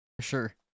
sure